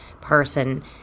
person